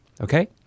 Okay